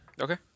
Okay